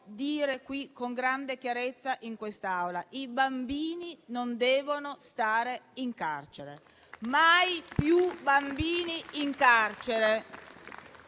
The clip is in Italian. dire con grande chiarezza in quest'Aula. I bambini non devono stare in carcere. Mai più bambini in carcere.